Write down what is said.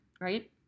right